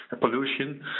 pollution